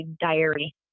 diary